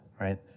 right